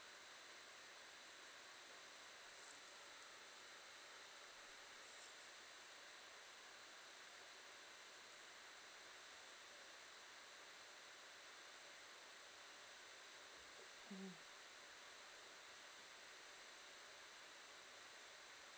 mmhmm